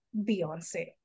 Beyonce